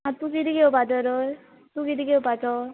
आं तूं किदें घेवपा तर तूं किदें घेवपाचो